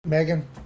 Megan